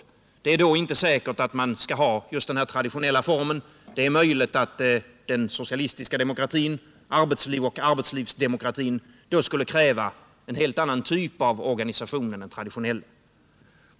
Det är då inte säkert att man skall ha just den här traditionella formen. Det är möjligt att den socialistiska demokratin samt arbetsliv och arbetslivsdemokrati då skulle kräva en helt annan typ av organisation än den traditionella.